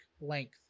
length